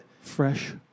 fresh